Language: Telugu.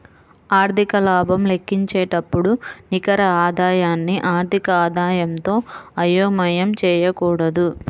ఆర్థిక లాభం లెక్కించేటప్పుడు నికర ఆదాయాన్ని ఆర్థిక ఆదాయంతో అయోమయం చేయకూడదు